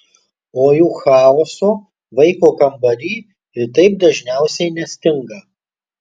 o juk chaoso vaiko kambary ir taip dažniausiai nestinga